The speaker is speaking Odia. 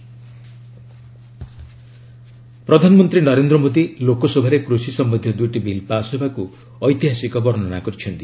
ପିଏମ୍ ଏଗ୍ରିକଲ୍ଚର୍ ପ୍ରଧାନମନ୍ତ୍ରୀ ନରେନ୍ଦ୍ର ମୋଦି ଲୋକସଭାରେ କୃଷି ସମ୍ୟନ୍ଧୀୟ ଦୁଇଟି ବିଲ୍ ପାସ୍ ହେବାକ୍ ଐତିହାସିକ ବର୍ଷ୍ଣନା କରିଛନ୍ତି